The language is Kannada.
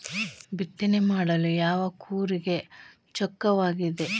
ಬಿತ್ತನೆ ಮಾಡಲು ಯಾವ ಕೂರಿಗೆ ಚೊಕ್ಕವಾಗಿದೆ?